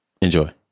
Enjoy